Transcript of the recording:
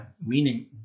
meaning